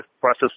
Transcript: process